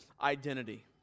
identity